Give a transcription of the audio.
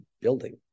building